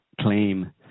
claim